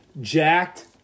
jacked